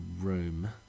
Room